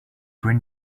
bring